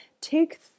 take